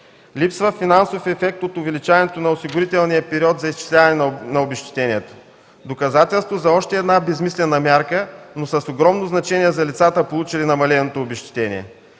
Липсва финансов ефект от увеличаването на осигурителния период за изчисляване на обезщетенията – доказателство за още една безсмислена мярка, но с огромно значение за лицата, получили намаленото обезщетение.